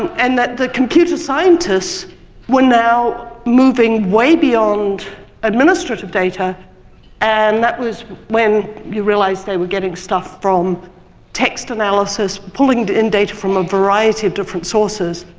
and that the computer scientist were now moving way beyond administrative data and that was when you realize they were getting stuff from text analysis, pulling in data from a variety of different sources,